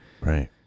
Right